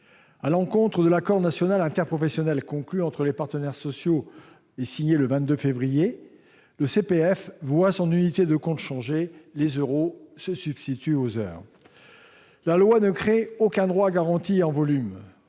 À l'encontre de l'accord national interprofessionnel conclu entre les partenaires sociaux et signé le 22 février dernier, le CPF voit son unité de compte changer : les euros se substituent aux heures. Or ce projet de loi ne crée aucune garantie quant